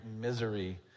misery